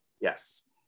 yes